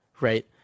right